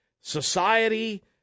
society